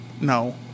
No